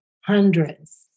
hundreds